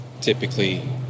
typically